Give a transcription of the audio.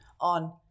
on